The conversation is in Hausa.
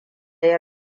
ya